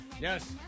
Yes